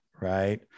right